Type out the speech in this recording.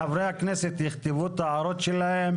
חברי הכנסת יכתבו את ההערות שלהם.